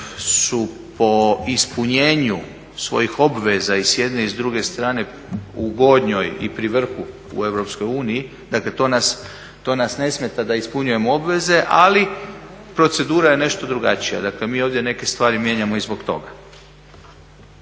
su po ispunjenju svojih obveza i s jedne i druge strane u gornjoj i pri vrhu u Europskoj uniji dakle, to nas ne smeta da ispunjujemo obveze ali procedura je nešto drugačija, dakle mi ovdje neke stvari mijenjamo i zbog toga.